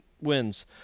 wins